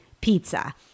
pizza